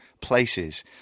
places